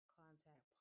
contact